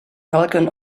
falcon